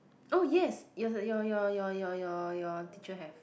oh yes your your your your your your your teacher have